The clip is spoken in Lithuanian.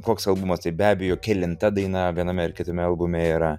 koks albumas tai be abejo kelinta daina viename ar kitame albume yra